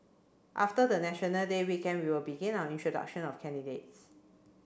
after the National Day weekend we will begin our introduction of candidates